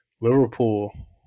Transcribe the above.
Liverpool